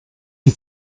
die